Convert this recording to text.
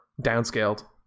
downscaled